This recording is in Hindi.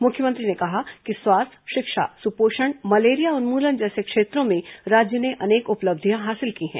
मुख्यमंत्री ने कहा कि स्वास्थ्य शिक्षा सुपोषण मलेरिया उन्मूलन जैसे क्षेत्रों में राज्य ने अनेक उपलब्धियां हासिल की हैं